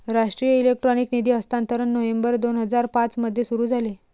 राष्ट्रीय इलेक्ट्रॉनिक निधी हस्तांतरण नोव्हेंबर दोन हजार पाँच मध्ये सुरू झाले